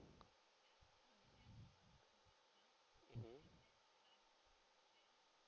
mmhmm